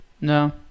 No